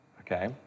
okay